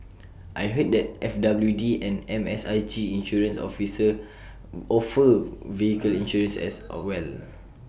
I heard that FWD and MSIG insurance offer vehicle insurance as well